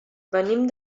venim